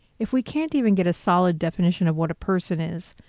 if we can't even get a solid definition of what a person is,